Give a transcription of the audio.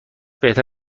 بهتر